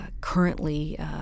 currently